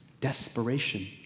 desperation